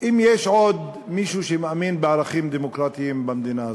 יש עוד מישהו שמאמין בערכים דמוקרטיים במדינה הזאת.